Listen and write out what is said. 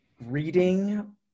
reading